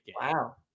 Wow